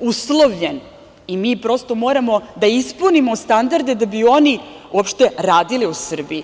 uslovljen i mi prosto moramo da ispunimo standarde da bi oni uopšte radili u Srbiji.